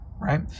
Right